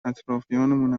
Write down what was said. اطرافیانمون